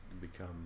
become